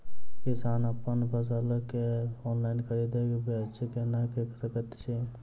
किसान अप्पन फसल केँ ऑनलाइन खरीदै बेच केना कऽ सकैत अछि?